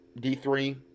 D3